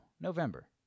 November